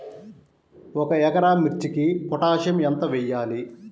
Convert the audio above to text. ఒక ఎకరా మిర్చీకి పొటాషియం ఎంత వెయ్యాలి?